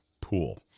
pool